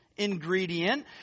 Ingredient